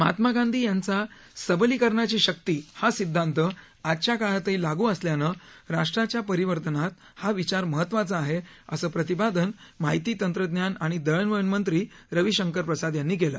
महात्मा गांधीजी यांचा सवलीकरणाची शक्ति हा सिद्धांत आजच्या काळातही लागू असल्यानं राष्ट्राच्या परिवर्तनात हा विचार महत्वाचा आहे असं प्रतिपादन माहिती तंत्रज्ञान आणि दळणवळण मंत्री रविशंकर प्रसाद यांनी केलं